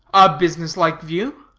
a business-like view.